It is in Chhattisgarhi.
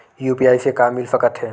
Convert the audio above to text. यू.पी.आई से का मिल सकत हे?